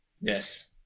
yes